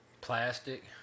Plastic